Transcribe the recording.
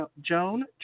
Joan